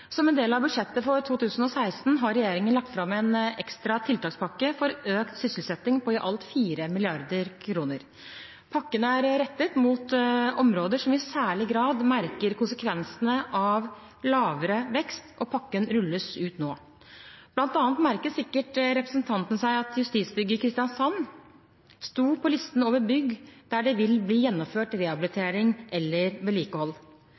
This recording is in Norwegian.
Som en del av budsjettet for 2016 har regjeringen lagt fram en ekstra tiltakspakke for økt sysselsetting på i alt 4 mrd. kr. Pakken er rettet mot områder som i særlig grad merker konsekvensene av lavere vekst. Pakken rulles ut nå. Blant annet merket sikkert representanten seg at Justisbygget i Kristiansand sto på listen over bygg der det vil bli gjennomført rehabilitering eller vedlikehold.